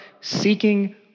seeking